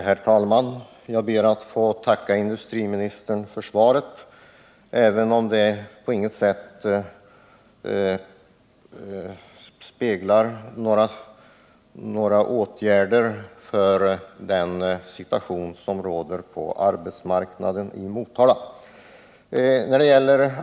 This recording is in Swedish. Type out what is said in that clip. Herr talman! Jag ber att få tacka industriministern för svaret, även om det på inget sätt speglar någon vilja till åtgärder mot den situation som råder på arbetsmarknaden i Motala.